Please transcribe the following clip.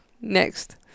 next